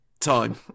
time